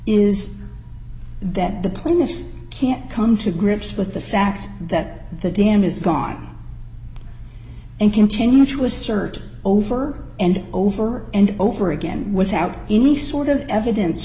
is that the plaintiffs can't come to grips with the fact that the dam is gone and continue to assert over and over and over again without any sort of evidence